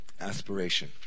aspiration